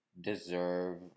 deserve